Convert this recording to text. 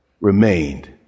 remained